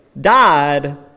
died